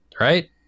Right